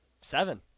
Seven